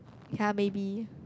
ya maybe